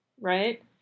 Right